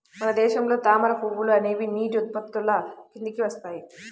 మన దేశంలో తామర పువ్వులు అనేవి నీటి ఉత్పత్తుల కిందికి వస్తాయి